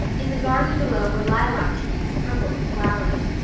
in the garden below were lilac-trees purple with flowers,